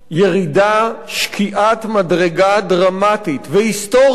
ירידה, שקיעת מדרגה דרמטית והיסטורית